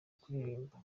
kuririmba